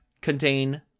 contain